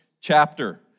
chapter